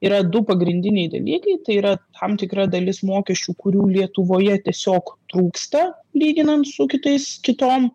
yra du pagrindiniai dalykai tai yra tam tikra dalis mokesčių kurių lietuvoje tiesiog trūksta lyginant su kitais kitom